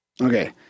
Okay